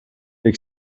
they